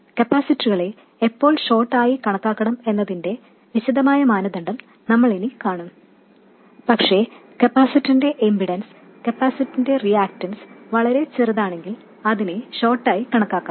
കപ്പാസിറ്ററുകളെ എപ്പോൾ ഷോർട്ട് ആയി കണക്കാക്കണം എന്നതിന്റെ വിശദമായ മാനദണ്ഡം നമ്മളിനി കാണും പക്ഷേ കപ്പാസിറ്ററിന്റെ ഇംപെഡൻസ് കപ്പാസിറ്ററിന്റെ റിയാക്റ്റൻസ് വളരെ ചെറുതാണെങ്കിൽ അതിനെ ഷോർട്ട് ആയി കണക്കാക്കാം